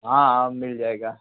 हाँ हाँ मिल जाएगा